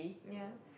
ya